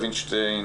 300 סטודנטים,